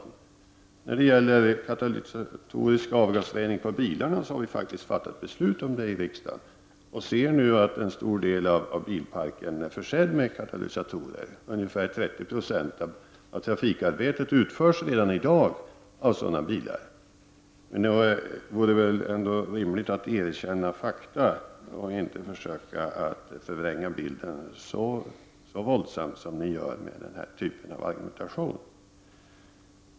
När det gäller katalytisk avgasrening på bilarna, har vi ju faktiskt fattat beslut om detta i riksdagen. Vi ser nu att en stor del av bilparken är försedd med katalysatorer. Ungefär 30 90 av trafikarbetet utförs redan i dag av sådana bilar. Det vore väl rimligt att erkänna fakta och inte försöka att förvränga bilden så våldsamt som ni gör med den här typen av argumentation.